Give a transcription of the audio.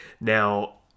Now